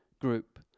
group